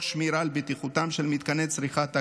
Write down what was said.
תוך שמירה על בטיחותם של מתקני צריכת הגז.